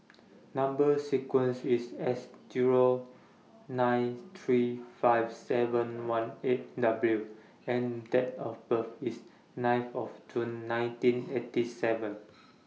Number sequence IS S Zero nine three five seven one eight W and Date of birth IS ninth of June nineteen eighty seven